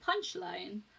punchline